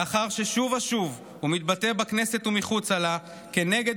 לאחר ששוב ושוב הוא מתבטא בכנסת ומחוצה לה כנגד